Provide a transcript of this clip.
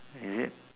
is it